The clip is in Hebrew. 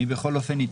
בכל אופן,